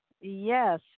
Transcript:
Yes